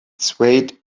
swayed